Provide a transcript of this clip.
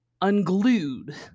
unglued